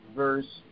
verse